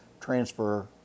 transfer